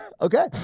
Okay